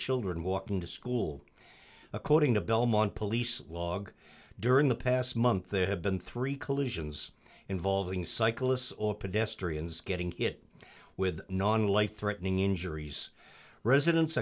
children walking to school according to belmont police log during the past month there have been three collisions involving cyclists or pedestrians getting hit with non life threatening injuries residents